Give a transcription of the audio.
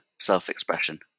self-expression